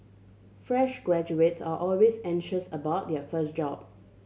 fresh graduates are always anxious about their first job